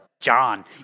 John